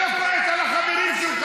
למה אתה לא כועס על החברים שלך?